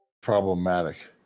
problematic